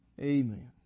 Amen